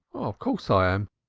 of course i am.